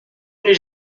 n’ai